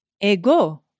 ego